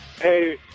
Hey